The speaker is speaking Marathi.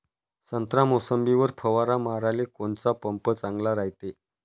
संत्रा, मोसंबीवर फवारा माराले कोनचा पंप चांगला रायते?